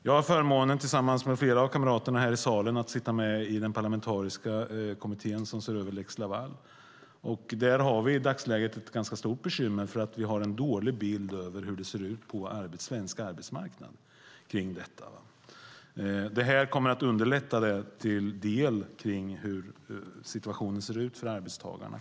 Jag har förmånen att tillsammans med flera kamrater här i salen sitta med i den parlamentariska kommitté som ser över lex Laval. I dagsläget har vi ett ganska stort bekymmer eftersom vi har en dålig bild av hur detta ser ut på svensk arbetsmarknad. Det här kommer att underlätta en del när det gäller hur situationen ser ut för arbetstagarna.